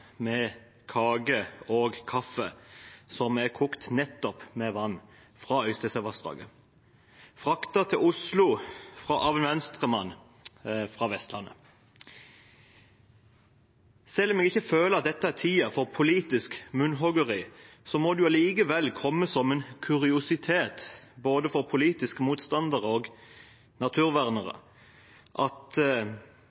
med kake og kaffe som er kokt med vann fra nettopp Øystesevassdraget, fraktet til Oslo av en Venstre-mann fra Vestlandet. Selv om jeg ikke føler at dette er tiden for politisk munnhoggeri, må det likevel komme som en kuriositet for både politiske motstandere og naturvernere